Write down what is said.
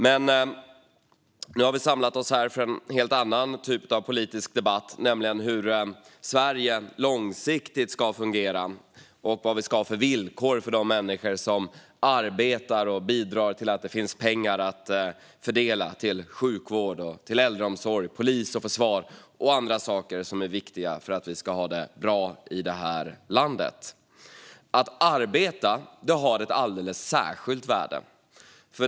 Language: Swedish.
Men nu har vi samlat oss här för en helt annan typ av politisk debatt, nämligen hur Sverige långsiktigt ska fungera och vad vi ska ha för villkor för de människor som arbetar och bidrar till att det finns pengar att fördela till sjukvård, äldreomsorg, polis, försvar och andra saker som är viktiga för att vi ska ha det bra i det här landet. Att arbeta har ett alldeles särskilt värde.